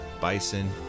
bison